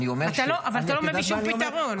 אבל אתה לא מביא שום פתרון.